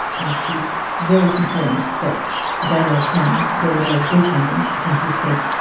and he's very concerned that the day may come when the laws do change, and he said,